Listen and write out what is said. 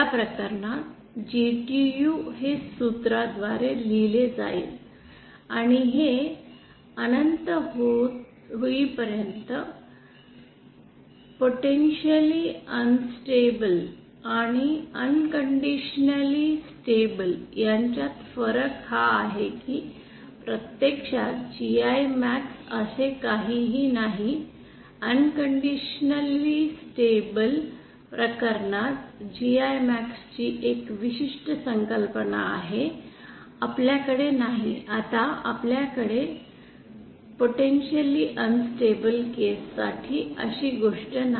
या प्रकरणात GTU हे या सूत्राद्वारे लिहिले जाईल आणि हे अनंत होईपर्यंत जाईल पोटेंशिअलि अनन्स्टॅबिल आणि अनकंडीशनली स्टॅबिल यांच्यात फरक हा आहे की प्रत्यक्षात GImax असे काहीही नाही अनकंडीशनली स्टॅबिल प्रकरणात GImax ची एक विशिष्ट संकल्पना आहे आपल्याकडे नाही आता आपल्याकडे पोटेंशिअलि अनन्स्टॅबिल केस साठी अशी गोष्ट नाही